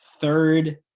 third